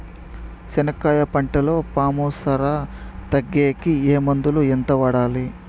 చెనక్కాయ పంటలో పాము సార తగ్గేకి ఏ మందులు? ఎంత వాడాలి?